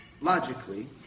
logically